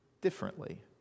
differently